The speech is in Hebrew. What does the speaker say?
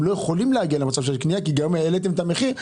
הם לא יכולים להגיע למצב של קניה כי העליתם את המחיר.